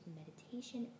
meditation